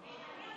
אני לא יודע